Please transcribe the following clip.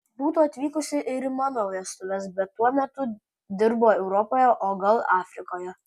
būtų atvykusi ir į mano vestuves bet tuo metu dirbo europoje o gal afrikoje